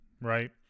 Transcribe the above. right